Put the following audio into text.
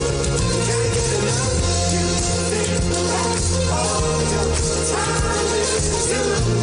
הזמן אני מסתובבת עם תחושות בטן אבל אני לא יודעת לאשש אותן.